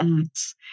Acts